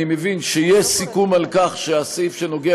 אני מבין שיש סיכום על כך שהסעיף שנוגע